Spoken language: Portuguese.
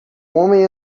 homem